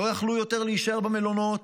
לא יכלו יותר להישאר במלונות